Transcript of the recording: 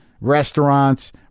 restaurants